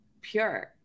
pure